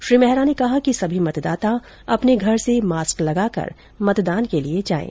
श्री मेहरा ने कहा कि सभी मतदाता अपने घर से मास्क लगाकर मतदान के लिए जाएं